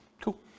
Cool